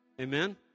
Amen